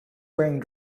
wearing